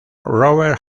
robert